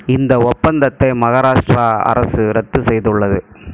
இந்த ஒப்பந்தத்தை மகாராஷ்டிரா அரசு ரத்து செய்துள்ளது